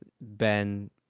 Ben